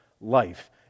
life